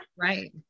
Right